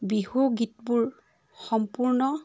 বিহু গীতবোৰ সম্পূৰ্ণ